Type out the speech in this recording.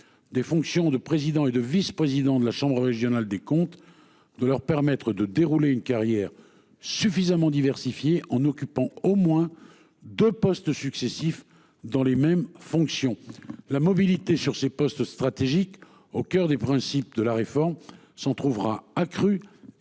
des fonctions de président et de vice-, président de la chambre régionale des comptes de leur permettre de dérouler une carrière suffisamment diversifiée, en occupant au moins 2 postes successifs dans les mêmes fonctions. La mobilité sur ces postes stratégiques au coeur des principes de la réforme s'en trouvera accrue